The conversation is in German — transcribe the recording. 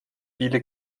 viele